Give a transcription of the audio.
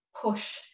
push